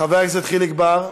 חבר הכנסת חיליק בר.